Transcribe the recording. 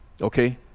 okay